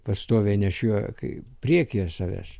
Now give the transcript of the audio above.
pastoviai nešioja kai priekyje savęs